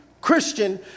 Christian